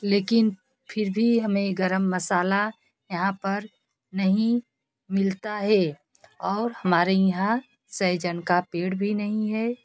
लेकिन फिर भी हमें गरम मसाला यहाँ पर नहीं मिलता है और हमारे यहाँ सैजन का पेड़ भी नहीं है और